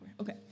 okay